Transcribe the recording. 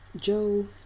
Joe